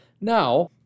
Now